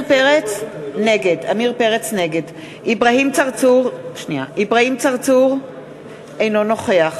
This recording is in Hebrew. נגד אברהים צרצור, אינו נוכח